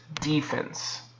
defense